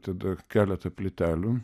tada keletą plytelių